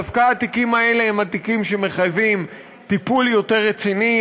דווקא התיקים האלה הם התיקים שמחייבים טיפול יותר רציני,